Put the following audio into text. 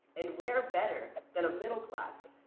and where better than a middle class,